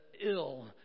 ill